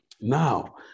Now